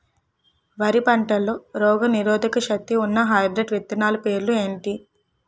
వరి పంటలో రోగనిరోదక శక్తి ఉన్న హైబ్రిడ్ విత్తనాలు పేర్లు ఏంటి?